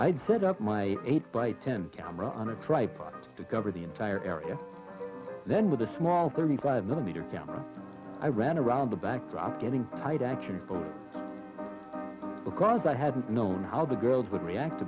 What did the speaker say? i'd set up my eight by ten camera on a tripod to cover the entire area then with a small thirty five millimeter camera i ran around the backdrop getting tight action because i hadn't known how the girls would react to